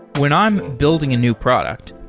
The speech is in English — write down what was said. when i'm building a new product,